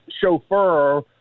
chauffeur